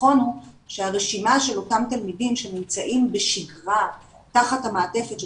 נכון הוא שהרשימה של אותם תלמידים שנמצאים בשגרה תחת המעטפת של